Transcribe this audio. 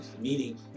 meaning